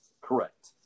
Correct